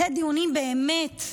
אחרי דיונים, באמת,